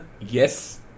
Yes